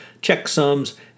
checksums